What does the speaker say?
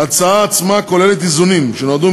ההצעה עצמה כוללת איזונים שנועדו,